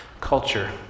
Culture